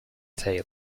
tail